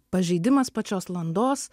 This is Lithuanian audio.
pažeidimas pačios landos